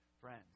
friends